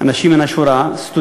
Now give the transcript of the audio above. אנשים מן השורה, סטודנטים,